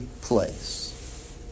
place